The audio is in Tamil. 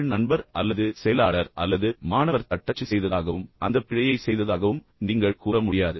உங்கள் நண்பர் அல்லது செயலாளர் அல்லது மாணவர் தட்டச்சு செய்ததாகவும் அந்த பிழையை செய்ததாகவும் நீங்கள் கூற முடியாது